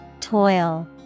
Toil